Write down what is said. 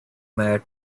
mat